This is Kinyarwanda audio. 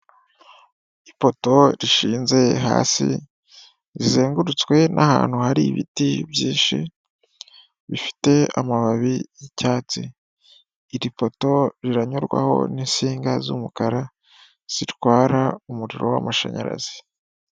Ipoto rishinze hasi, rizengurutswe n'ahantu hari ibiti byinshi, bifite amababi y'icyatsi. Iri poto riranyurwaho n'insinga z'umukara zitwara umuriro w'amashanyarazi.